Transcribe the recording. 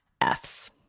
F's